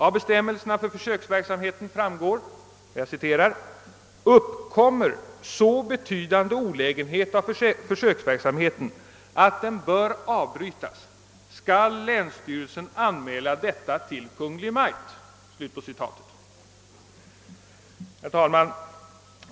Av bestämmelserna för försöksverksamheten framgår, att »uppkommer så betydande olägenhet av försöksverksamheten att den bör avbrytas skall länsstyrelsen anmäla detta till Kungl. Maj:t». Herr talman!